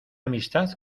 amistad